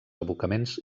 abocaments